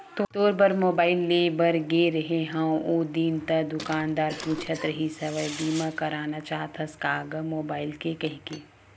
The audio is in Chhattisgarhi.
तोर बर मुबाइल लेय बर गे रेहें हव ओ दिन ता दुकानदार पूछत रिहिस हवय बीमा करना चाहथस का गा मुबाइल के कहिके